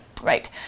Right